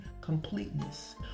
completeness